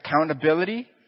accountability